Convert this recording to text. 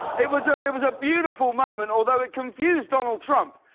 it was um it was a beautiful moment. although it confused donald trump.